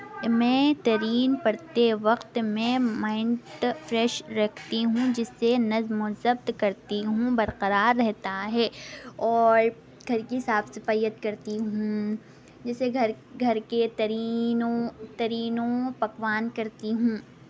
میں ترین پڑھتے وقت میں مائنڈ فریش رکھتی ہوں جس سے نظم و ضبط کرتی ہوں برقرار رہتا ہے اور گھر کی صاف صفائیت کرتی ہوں جسے گھر گھر کے ترینو ترینو پکوان کرتی ہوں